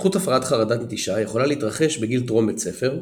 התפתחות הפרעת חרדת נטישה יכולה להתרחש בגיל טרום בית ספר,